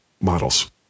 models